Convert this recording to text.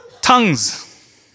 Tongues